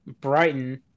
Brighton